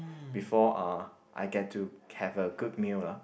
before uh I get to have a good meal lah